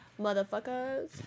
Motherfuckers